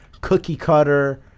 cookie-cutter